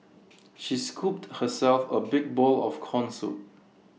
she scooped herself A big bowl of Corn Soup